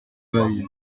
veuille